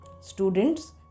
Students